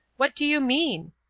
what do you mean?